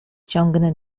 ciągnę